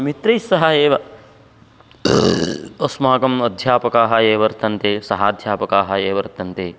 मित्रैः सह एव अस्माकम् अध्यापकाः ये वर्तन्ते सहाध्यापकाः ये वर्तन्ते